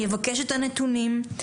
אני אבקש את הנתונים.